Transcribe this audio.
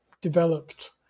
developed